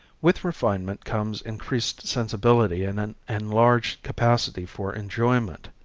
with refinement comes increased sensibility and an enlarged capacity for enjoyment.